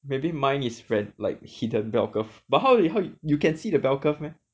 maybe mine is friend like hidden bell curve but how you how you you can see the bell curve meh